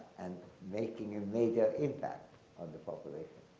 and making a major impact on the population.